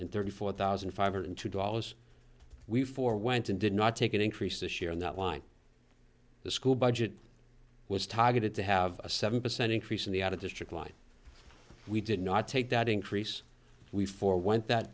and thirty four thousand five hundred two dollars we for went and did not take an increase this year and that line the school budget was targeted to have a seven percent increase in the out of district line we did not take that increase we forwent that